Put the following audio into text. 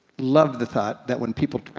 love the thought that when people